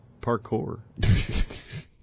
parkour